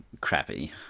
crappy